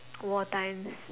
war times